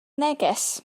neges